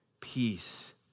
peace